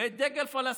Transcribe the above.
ואת דגל פלסטין,